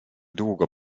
długo